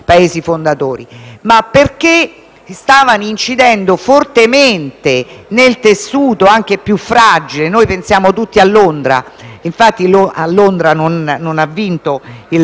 stavano incidendo fortemente nel tessuto più fragile. Noi pensiamo tutti a Londra, dove non ha vinto il *referendum* pro-Brexit, ma